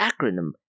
acronym